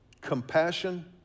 compassion